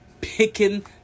picking